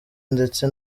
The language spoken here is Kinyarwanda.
ndetse